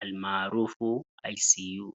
almaarufu ICU.